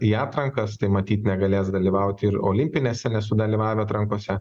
į atrankas tai matyt negalės dalyvauti ir olimpinėse nesudalyvavę atrankose